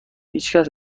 هیچکس